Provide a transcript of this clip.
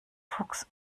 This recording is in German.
fuchs